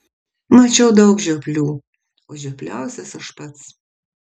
mačiau daug žioplių o žiopliausias aš pats